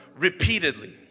repeatedly